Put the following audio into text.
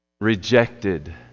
rejected